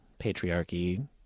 patriarchy